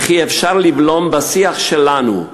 ואפשר לבלום בשיח שלנו,